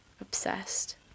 obsessed